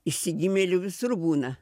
išsigimėlių visur būna